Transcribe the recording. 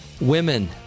women